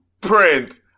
print